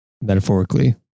metaphorically